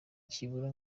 kibura